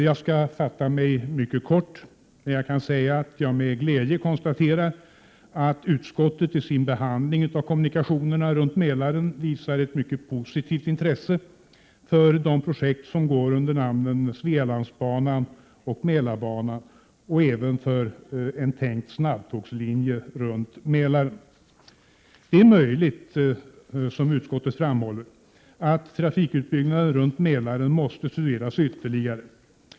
Jag skall fatta mig mycket kort, men jag kan med glädje konstatera att utskottet i sin behandling av kommunikationerna runt Mälaren visar ett mycket positivt intresse för de projekt som går under namnen Svealandsbanan och Mälarbanan och även för en tänkt snabbtågslinje runt Mälaren. Det är möjligt, som utskottet framhåller, att trafikutbyggnaden runt Mälaren måste studeras ytterligare.